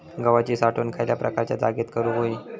गव्हाची साठवण खयल्या प्रकारच्या जागेत करू होई?